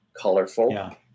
colorful